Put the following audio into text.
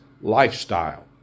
lifestyle